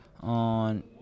on